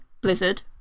Blizzard